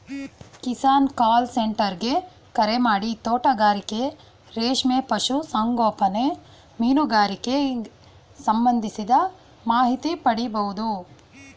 Kisan call centre ಗೆ ಕರೆಮಾಡಿ ತೋಟಗಾರಿಕೆ ರೇಷ್ಮೆ ಪಶು ಸಂಗೋಪನೆ ಮೀನುಗಾರಿಕೆಗ್ ಸಂಬಂಧಿಸಿದ ಮಾಹಿತಿ ಪಡಿಬೋದು